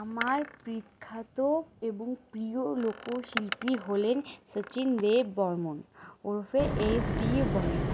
আমার প্রখ্যাত এবং প্রিয় লোকশিল্পী হলেন সচিন দেব বর্মন ওরফে এস ডি বর্মন